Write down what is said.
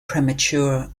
premature